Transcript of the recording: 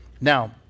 Now